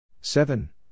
Seven